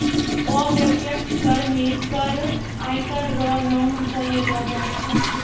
अप्रत्यक्ष कर मे कर आयकर रो नाम सं लेलो जाय छै